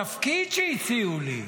תפקיד שהציעו לי.